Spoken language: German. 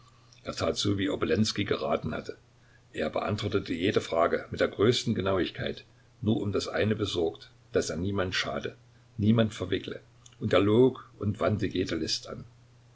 er tat so wie obolenskij geraten hatte er beantwortete jede frage mit der größten genauigkeit nur um das eine besorgt daß er niemand schade niemand verwickle und er log und wandte jede list an